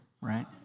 right